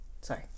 Sorry